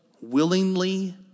willingly